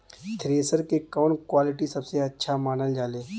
Thresher के कवन quality सबसे अच्छा मानल जाले?